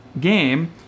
game